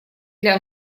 для